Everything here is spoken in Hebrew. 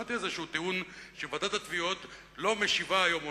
שמעתי איזשהו טיעון שוועידת התביעות לא משיבה היום,